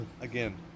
Again